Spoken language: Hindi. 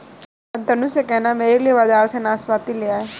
शांतनु से कहना मेरे लिए बाजार से नाशपाती ले आए